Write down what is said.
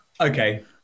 okay